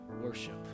worship